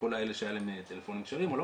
כל אלה שהיו להם טלפונים כשרים או לא